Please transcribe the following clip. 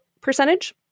percentage